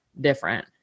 different